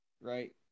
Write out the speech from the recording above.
right